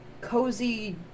cozy